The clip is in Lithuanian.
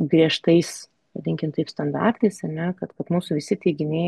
griežtais vadinkim taip standartais ar ne kad vat mūsų visi teiginiai